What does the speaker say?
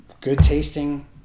good-tasting